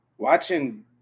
Watching